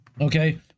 okay